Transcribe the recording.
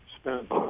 spent